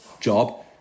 job